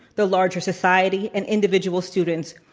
the larger society, and individual students,